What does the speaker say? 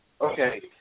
Okay